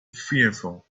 fearful